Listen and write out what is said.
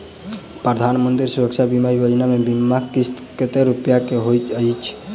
प्रधानमंत्री सुरक्षा बीमा योजना मे बीमा किस्त कतेक रूपया केँ होइत अछि?